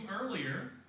earlier